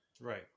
right